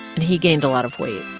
and he gained a lot of weight.